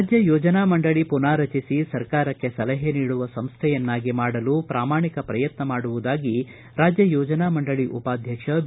ರಾಜ್ಯ ಯೋಜನಾ ಮಂಡಳಿ ಪುನಾರಚಿಸಿ ಸರ್ಕಾರಕ್ಷೆ ಸಲಹೆ ನೀಡುವ ಸಂಸ್ವೆಯನ್ನಾಗಿ ಮಾಡಲು ಪ್ರಾಮಾಣಿಕ ಪ್ರಯತ್ನ ಮಾಡುವುದಾಗಿ ರಾಜ್ಯ ಯೋಜನಾ ಮಂಡಳಿ ಉಪಾಧ್ಯಕ್ಷ ಬಿ